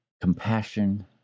compassion